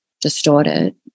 distorted